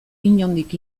inondik